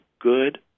good